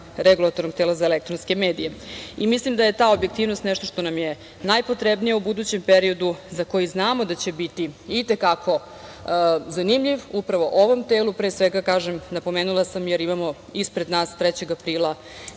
regulatornog tela za elektronske medije. Mislim da je ta objektivnost nešto što nam je najpotrebnije u budućem periodu, za koji znamo da će biti i te kako zanimljiv, upravo ovom telu pre svega, kažem, napomenula sam, jer imamo ispred nas 3. aprila